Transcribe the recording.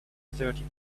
thirty